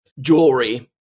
jewelry